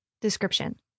Description